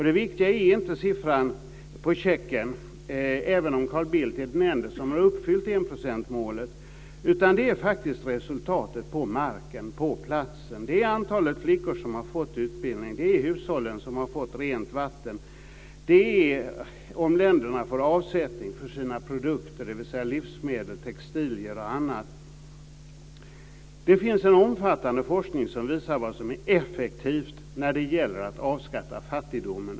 Det viktiga är inte siffran på checken, även om Carl Bildt är den ende som uppfyllt enprocentsmålet, utan det är faktiskt resultatet på marken, på platsen. Det är antalet flickor som har fått utbildning. Det är hushållen som har fått rent vatten. Det är att länderna får avsättning för sina produkter, dvs. livsmedel, textilier och annat. Det finns en omfattande forskning som visar vad som är effektivt när det gäller att avskaffa fattigdomen.